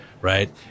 Right